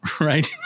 right